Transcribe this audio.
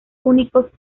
únicos